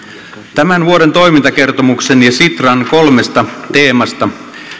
tämän vuoden toimintakertomuksen ja sitran kolmesta teemasta